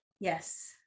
yes